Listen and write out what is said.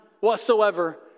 whatsoever